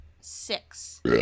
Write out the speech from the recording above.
Six